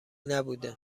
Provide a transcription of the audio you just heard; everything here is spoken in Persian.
نبوده